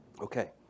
Okay